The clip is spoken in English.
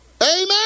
Amen